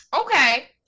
Okay